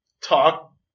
talk